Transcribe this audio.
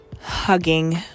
hugging